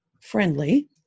friendly